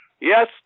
yes